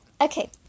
Okay